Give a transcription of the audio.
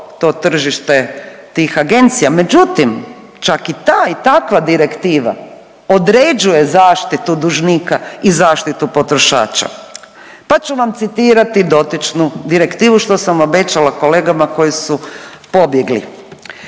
to tržište tih agencija, međutim čak i ta i takva direktiva određuje zaštitu dužnika i zaštitu potrošača, pa ću vam citirati dotičnu direktivu što sam obećala kolegama koji su pobjegli.